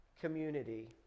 community